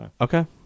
Okay